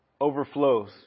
overflows